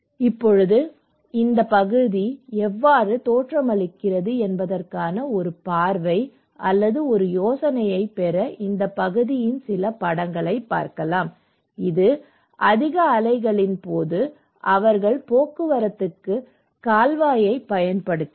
இப்போது இந்த பகுதி எவ்வாறு தோற்றமளிக்கிறது என்பதற்கான ஒரு பார்வை அல்லது ஒரு யோசனையைப் பெற இந்த பகுதியின் சில படங்கள் இது அதிக அலைகளின் போது அவர்கள் போக்குவரத்துக்கு கால்வாயைப் பயன்படுத்தினர்